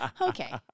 Okay